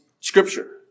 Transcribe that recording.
scripture